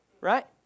Right